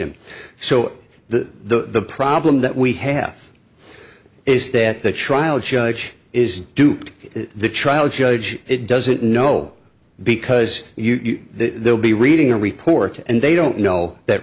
him so the problem that we have is that the trial judge is do the trial judge it doesn't know because you they'll be reading a report and they don't know that